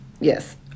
Yes